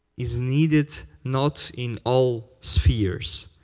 is needed not in all spheres.